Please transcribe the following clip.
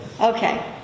Okay